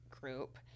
group